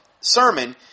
sermon